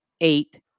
eight